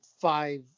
five